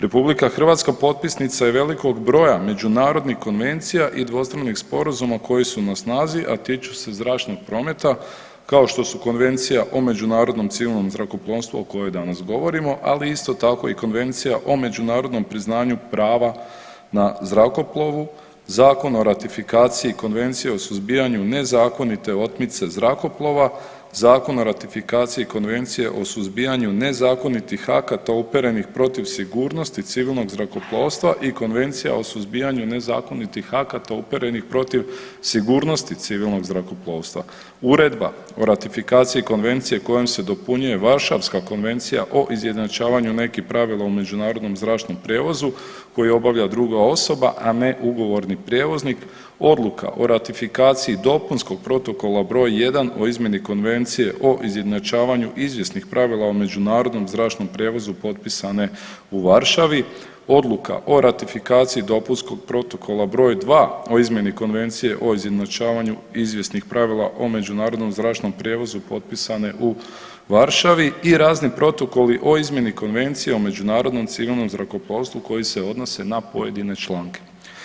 RH potpisnica je velikog broja međunarodnih konvencija i dvostranih sporazuma koji su na snazi, a tiču se zračnog prometa kao što su Konvencija o međunarodnom civilnom zrakoplovstvu o kojoj danas govorimo ali isto tako i Konvencija o međunarodnom priznanju prava za zrakoplovu, Zakon o ratifikaciji Konvencije o suzbijanju nezakonite otmice zrakoplova, Zakon o ratifikaciji Konvencije o suzbijanju nezakonitih akata uperenih protiv sigurnosti civilnog zrakoplovstva i Konvencija o suzbijanju nezakonitih akata uperenih protiv sigurnosti civilnog zrakoplovstva, Uredba o ratifikaciji Konvencije kojoj se dopunjuje Varšavska konvencija o izjednačavanju nekih pravila u međunarodnom zračnom prijevozu koji obavlja druga osoba, a ne ugovorni prijevoznik, Odluka o ratifikaciji dopunskog protokola broj 1 o izmjeni Konvencije o izjednačavanju izvjesnih pravila o međunarodnom zračnom prijevozu potpisane u Varšavi, Odluka o ratifikaciji dopunskog protokola broj 2 o izmjeni Konvencije o izjednačavanju izvjesnih pravila o međunarodnom zračnom prijevoz potpisane u Varšavi i razni protokoli o izmjeni konvencija o međunarodnom civilnom zrakoplovstvu koji se odnose na pojedine članke.